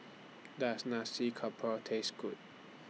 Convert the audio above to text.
Does Nasi Campur Taste Good